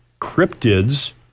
cryptids